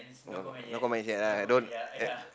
no no comments yet ah don't